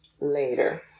later